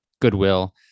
Goodwill